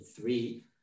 three